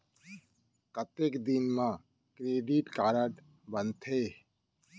कतेक दिन मा क्रेडिट कारड बनते?